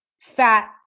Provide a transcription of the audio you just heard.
fat